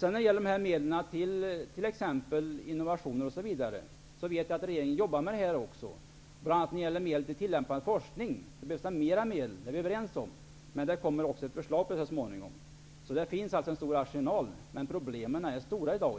Det pågår ett arbete inom regeringen när det gäller medel avseende innovation m.m. Det gäller bl.a. medel till tillämpad forskning där det behövs mer medel, vilket vi är överens om. Förslag om detta kommer så småningom. Det finns alltså en stor arsenal, men problemen är stora.